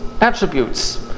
attributes